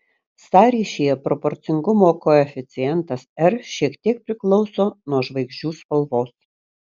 sąryšyje proporcingumo koeficientas r šiek tiek priklauso nuo žvaigždžių spalvos